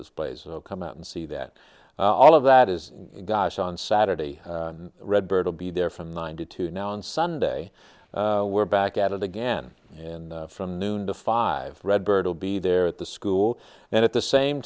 displays come out and see that all of that is gosh on saturday redbird will be there from ninety two now on sunday we're back at it again and from noon to five redbird will be there at the school and at the same